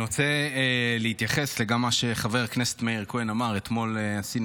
אני רוצה להתייחס למה שאמר גם חבר הכנסת מאיר כהן.